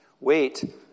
Wait